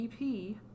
EP